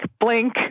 blink